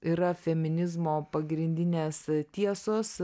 yra feminizmo pagrindinės tiesos